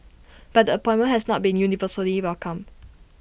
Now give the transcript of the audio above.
but the appointment has not been universally welcomed